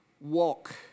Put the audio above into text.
walk